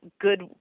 good